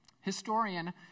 Historian